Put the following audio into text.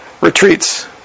retreats